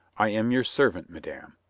i am your servant, madame,